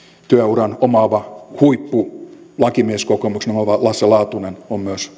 työuran ja huippulakimieskokemuksen omaava lasse laatunen on myös